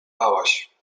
bałaś